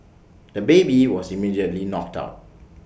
the baby was immediately knocked out